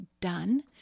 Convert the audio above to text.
done